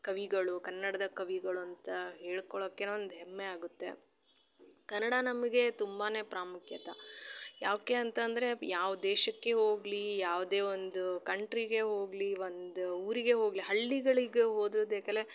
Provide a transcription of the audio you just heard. ಕವಿಗಳು ಕನ್ನಡದ ಕವಿಗಳು ಅಂತ ಹೇಳ್ಕೊಳ್ಳೋಕೆ ಏನೋ ಒಂದು ಹೆಮ್ಮೆ ಆಗುತ್ತೆ ಕನ್ನಡ ನಮಗೆ ತುಂಬಾ ಪ್ರಾಮುಖ್ಯತೆ ಯಾಕೆ ಅಂತಂದರೆ ಯಾವ ದೇಶಕ್ಕೆ ಹೋಗಲಿ ಯಾವುದೆ ಒಂದು ಕಂಟ್ರಿಗೆ ಹೋಗಲಿ ಒಂದು ಊರಿಗೆ ಹೋಗಲಿ ಹಳ್ಳಿಗಳಿಗೆ ಹೋದರು